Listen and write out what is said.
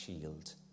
shield